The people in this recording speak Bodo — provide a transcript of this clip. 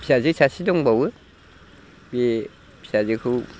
फिसाजो सासे दंबावो बे फिसाजोखौ